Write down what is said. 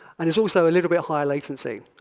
and it's also a little bit higher latency.